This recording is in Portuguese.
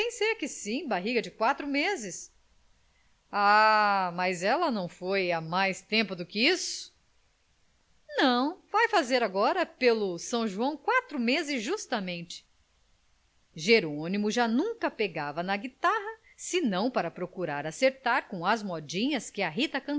que sim barriga de quatro meses ah mas ela não foi há mais tempo do que isso não vai fazer agora pelo são joão quatro meses justamente jerônimo já nunca pegava na guitarra senão para procurar acertar com as modinhas que a rita